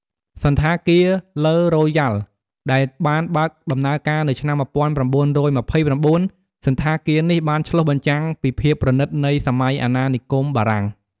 សណ្ឋាគារ ឡឺ រូយ៉ាល់ ដែលបានបើកដំណើរការនៅឆ្នាំ ១៩២៩ សណ្ឋាគារនេះបានឆ្លុះបញ្ចាំងពីភាពប្រណីតនៃសម័យអាណានិគមបារាំង។